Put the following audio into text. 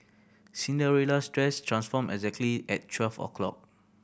Cinderella's dress transformed exactly at twelve o'clock